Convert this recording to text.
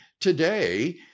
today